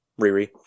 Riri